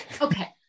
Okay